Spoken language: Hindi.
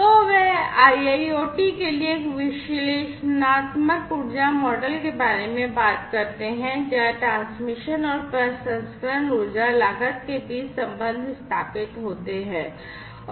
तो वे IIoT के लिए एक विश्लेषणात्मक ऊर्जा मॉडल के बारे में बात करते हैं जहां ट्रांसमिशन और प्रसंस्करण ऊर्जा लागत के बीच संबंध स्थापित होते हैं